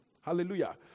Hallelujah